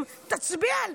טיפה,